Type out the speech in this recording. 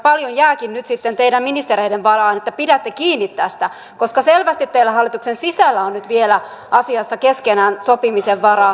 paljon jääkin nyt sitten teidän ministereiden varaan että pidätte kiinni tästä koska selvästi teillä hallituksen sisällä on nyt vielä asiassa keskenänne sopimisen varaa